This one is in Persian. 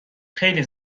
خیلی